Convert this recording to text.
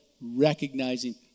recognizing